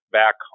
back